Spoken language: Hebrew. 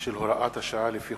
העבודה, הרווחה והבריאות,